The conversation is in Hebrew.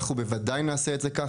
אנחנו בוודאי נעשה את זה כך.